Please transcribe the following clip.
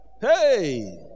Hey